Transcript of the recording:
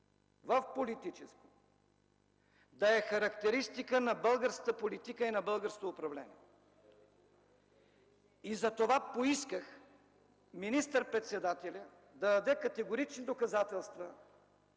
в политическо да е характеристика на българската политика и на българското управление. Затова поисках министър-председателят да даде категорични доказателства,